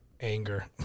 anger